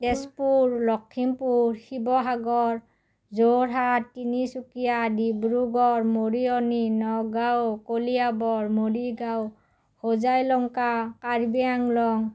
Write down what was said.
Tezpur Lakhimpur Sivasagar Jorhat Tinsukia Dibrugarh Moriani Nagaon Kaliabor Morigaon Hojai Lanka Karbi Anglong